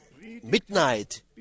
midnight